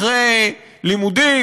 אחרי לימודים,